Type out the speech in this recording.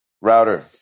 router